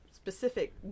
specific